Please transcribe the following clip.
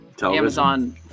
Amazon